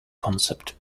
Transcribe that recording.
concept